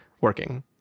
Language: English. working